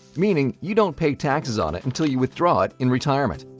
meaning you don't pay taxes on it until you withdraw it in retirement.